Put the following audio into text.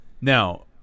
Now